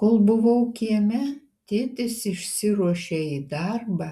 kol buvau kieme tėtis išsiruošė į darbą